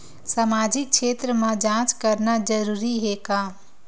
सामाजिक क्षेत्र म जांच करना जरूरी हे का?